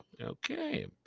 Okay